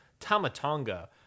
Tamatonga